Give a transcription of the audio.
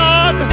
God